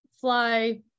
fly